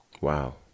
Wow